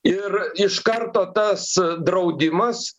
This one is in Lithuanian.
ir iš karto tas draudimas